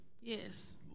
yes